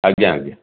ଆଜ୍ଞା ଆଜ୍ଞା